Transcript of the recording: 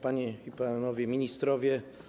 Panie i Panowie Ministrowie!